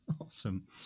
Awesome